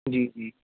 جی جی